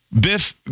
Biff